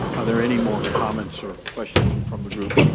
are there any more comments or questions from from the group?